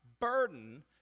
burden